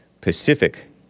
Pacific